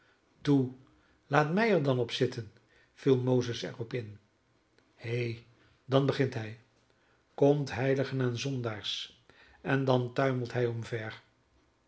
toe laat hij er dan op zitten viel mozes er op in he dan begint hij komt heiligen en zondaars en dan tuimelt hij omver